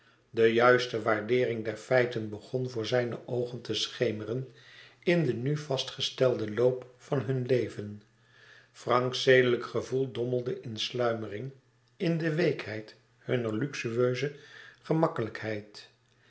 de juiste waardeering der feiten begon voor zijne oogen te schemeren in den nu vastgestelden loop van hun leven franks zedelijk gevoel dommelde in sluimering in de weekheid hunner luxueuze gemakkelijkheid